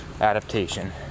adaptation